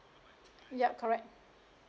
yup correct